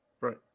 right